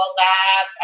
lab